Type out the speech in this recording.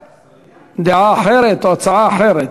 דעה אחרת או הצעה אחרת.